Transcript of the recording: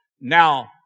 now